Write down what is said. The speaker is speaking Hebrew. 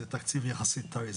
אז התקציב יחסית טרי,